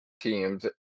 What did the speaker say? teams